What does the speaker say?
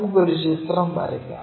നമുക്ക് ഒരു ചിത്രം വരയ്ക്കാം